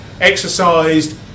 exercised